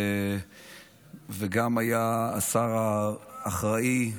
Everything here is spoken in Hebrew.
וגם היה השר האחראי שיקלי.